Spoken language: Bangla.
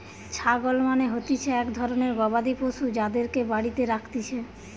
ছাগল মানে হতিছে এক ধরণের গবাদি পশু যাদেরকে বাড়িতে রাখতিছে